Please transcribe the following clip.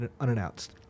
unannounced